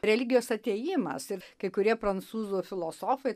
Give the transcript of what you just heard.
religijos atėjimas ir kai kurie prancūzų filosofai